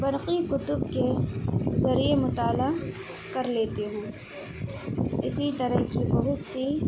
برقی کتب کے ذریعے مطالعہ کر لیتی ہوں اسی طرح کی بہت سی